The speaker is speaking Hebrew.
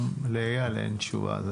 גם לאייל אין לי תשובה.